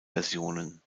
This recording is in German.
versionen